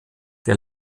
der